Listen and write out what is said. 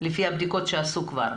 לפי הבדיקות שעשו כבר,